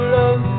love